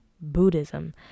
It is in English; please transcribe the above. Buddhism